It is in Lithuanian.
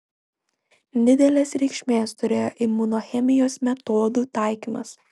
didelės reikšmės turėjo imunochemijos metodų taikymas